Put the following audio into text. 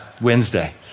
Wednesday